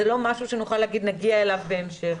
זה לא משהו שנוכל להגיד 'נגיע אליו בהמשך'.